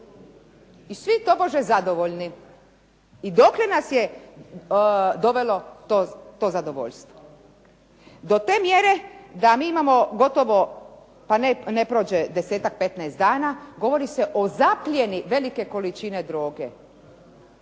I svi tobože zadovoljni. I dokle nas je dovelo to zadovoljstvo? Do te mjere da mi imamo gotovo, pa ne prođe 10-tak, 15 dana, govori se o zaplijeni velike količine droge.